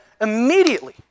immediately